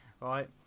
right